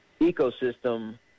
ecosystem